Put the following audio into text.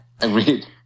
Agreed